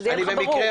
שיהיה לך ברור.